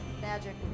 magic